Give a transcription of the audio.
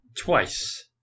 Twice